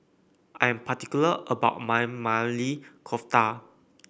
I am particular about my Maili Kofta